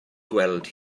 gweld